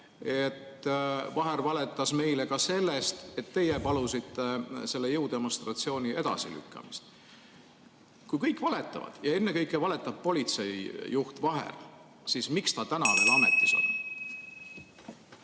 et Vaher valetas meile ka selle kohta, et teie palusite selle jõudemonstratsiooni edasilükkamist. Kui kõik valetavad ja ennekõike valetab politseijuht Vaher, siis miks ta täna veel ametis on?